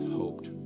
hoped